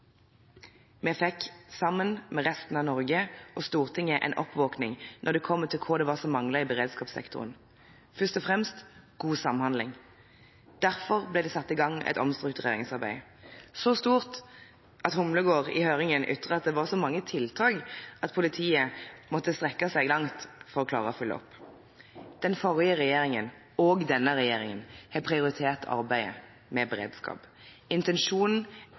vi fikk sammen med resten av Norge og Stortinget en oppvåkning når det gjaldt hva som manglet i beredskapssektoren: først og fremst god samhandling. Derfor ble det satt i gang et omstruktureringsarbeid så stort at Humlegård i høringen ytret at det var så mange tiltak at politiet måtte strekke seg langt for å klare å følge opp. Den forrige regjeringen – og denne regjeringen – har prioritert arbeidet med beredskap. Intensjonen